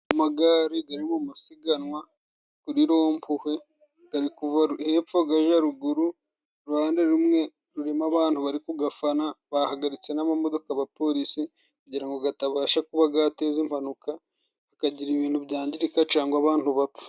Amagare ari mu masiganwa kuri rompuwe, ari kuva hepfo ajya ruguru, iruhande rumwe rurimo abantu bari kuyafana, bahagaritse n'amamodoka abapolisi , kugira ngo atabasha kuba yateza impanuka cyangwa hakagira ibintu byangirika ,cyangwa abantu bapfa.